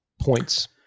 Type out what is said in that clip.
points